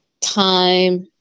time